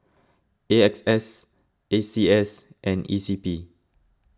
A X S A C S and E C P